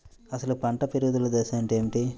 అసలు పంట పెరుగుదల దశ అంటే ఏమిటి?